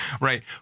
Right